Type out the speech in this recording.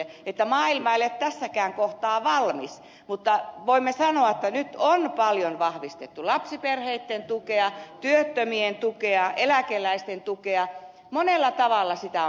maailma ei ole tässäkään kohtaa valmis mutta voimme sanoa että nyt on paljon vahvistettu lapsiperheitten tukea työttömien tukea eläkeläisten tukea monella tavalla perusturvaa on vahvistettu